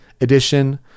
edition